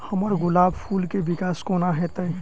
हम्मर गुलाब फूल केँ विकास कोना हेतै?